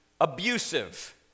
abusive